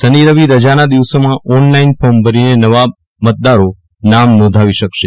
શની રવિ રજાના દિવસોમાં ઓનલાઈન ફોર્મ ભરીને નવા મતદારો નામ નોંધાવી શકશે